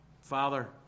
Father